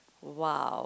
!wow!